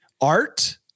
Art